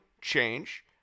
change